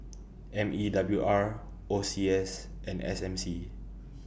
M E W R O C S and S M C